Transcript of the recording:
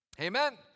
Amen